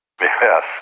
Yes